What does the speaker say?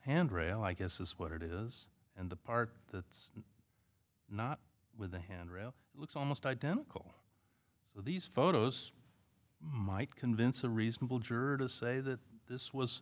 handrail i guess is what it is and the part that's not with the handrail looks almost identical so these photos might convince a reasonable juror to say that this was